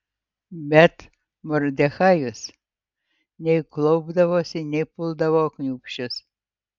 bet mordechajas nei klaupdavosi nei puldavo kniūbsčias